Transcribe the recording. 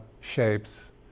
shapes